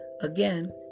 again